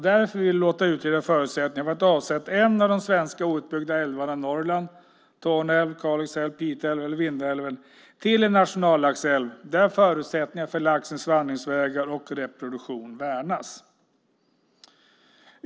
Därför vill vi låta utreda förutsättningarna för att avsätta en av de svenska outbyggda älvarna i Norrland - Torne älv, Kalix älv, Pite älv eller Vindelälven - som en nationallaxälv, där förutsättningarna för laxens vandringsvägar och reproduktion värnas.